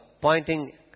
pointing